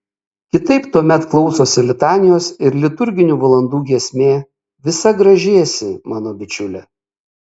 kitaip tuomet klausosi litanijos ir liturginių valandų giesmė visa graži esi mano bičiule